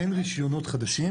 אין רישיונות חדשים